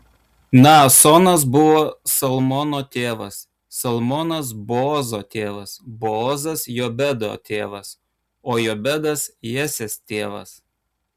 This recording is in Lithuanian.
naasonas buvo salmono tėvas salmonas boozo tėvas boozas jobedo tėvas o jobedas jesės tėvas